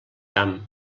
camp